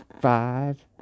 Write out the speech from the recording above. five